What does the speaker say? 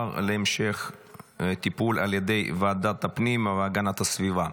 להמשך טיפול לוועדת הפנים והגנת הסביבה.